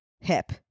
hip